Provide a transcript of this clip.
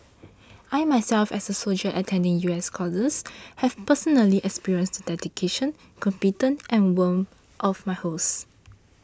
I myself as a soldier attending U S courses have personally experienced the dedication competence and warmth of my hosts